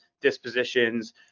dispositions